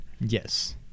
Yes